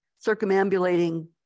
circumambulating